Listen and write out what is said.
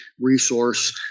resource